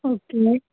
okay